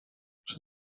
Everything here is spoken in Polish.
przy